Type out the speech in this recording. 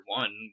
one